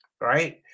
right